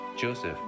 Joseph